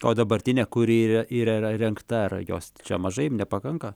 o dabartinė kuri yra įrengta ar jos čia mažai nepakanka